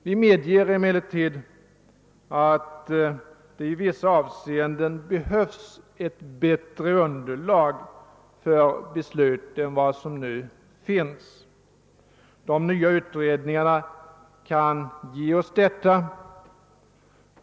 Det kan emellertid i vissa avseenden behövas ett bättre underlag för beslut än vad som nu finns och de nya utredningarna kan lämna detta underlag.